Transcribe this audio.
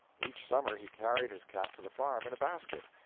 each summer he carried his cat to the farm in a basket,